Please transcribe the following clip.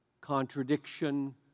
contradiction